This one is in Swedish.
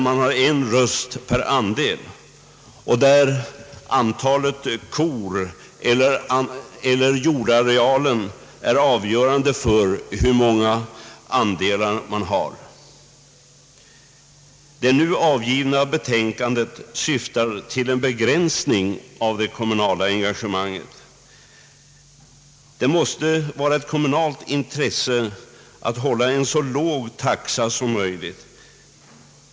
Man har en röst per andel, och det är antalet kor eller jordarealen som är avgörande för hur många andelar man har. Det nu avgivna betänkandet syftar till en begränsning av det kommunala engagemanget. Det måste vara ett kommunalt intresse att hålla en så låg taxa som möjligt.